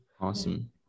Awesome